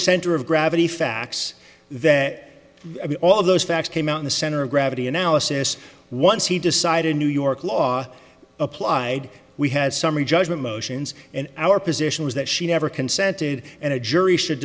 center of gravity facts that all those facts came out in the center of gravity analysis once he decided new york law applied we had summary judgment motions and our position was that she never consented and a jury should